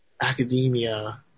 academia